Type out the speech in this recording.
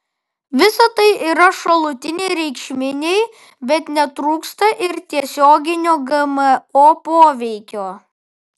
visa tai yra šalutiniai reiškiniai bet netrūksta ir tiesioginio gmo poveikio